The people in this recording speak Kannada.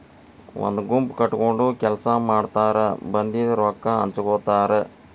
ಒಂದ ಗುಂಪ ಕಟಗೊಂಡ ಕೆಲಸಾ ಮಾಡತಾರ ಬಂದಿದ ರೊಕ್ಕಾ ಹಂಚಗೊತಾರ